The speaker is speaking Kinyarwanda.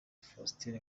faustin